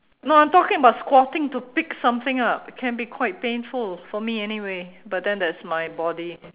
no I'm talking about squatting to pick something up can be quite painful for me anyway but then that's my body